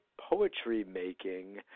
poetry-making